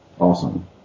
Awesome